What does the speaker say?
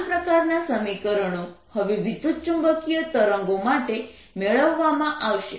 સમાન પ્રકારના સમીકરણો હવે વિદ્યુતચુંબકીય તરંગો માટે મેળવવામાં આવશે